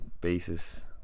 basis